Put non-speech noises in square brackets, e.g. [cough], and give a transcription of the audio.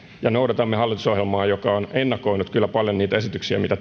ja noudatamme hallitusohjelmaa joka on kyllä ennakoinut paljon niitä esityksiä mitä [unintelligible]